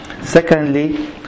Secondly